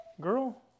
girl